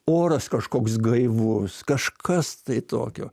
oras kažkoks gaivus kažkas tai tokio